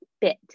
bit